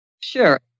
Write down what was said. Sure